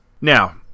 Now